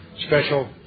Special